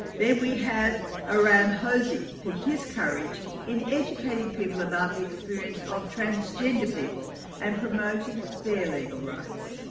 then we have aram hosey for his courage in educating people about the experience of transgender people and promoting their legal rights.